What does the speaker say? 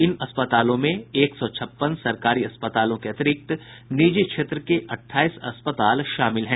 इन अस्पतालों में एक सौ छप्पन सरकारी अस्पतालों के अतिरिक्त निजी क्षेत्र के अट्ठाईस अस्पताल शामिल हैं